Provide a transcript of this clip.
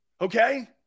okay